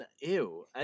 Ew